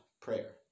prayer